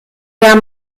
der